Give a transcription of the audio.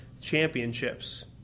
championships